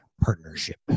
partnership